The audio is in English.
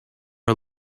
are